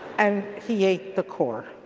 and he ate the core.